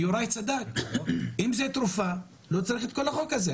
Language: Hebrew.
ויוראי צדק, אם זאת תרופה לא צריך את כל החוק הזה.